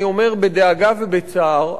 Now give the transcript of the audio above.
אני אומר בדאגה ובצער,